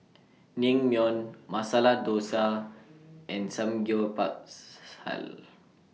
Naengmyeon Masala Dosa and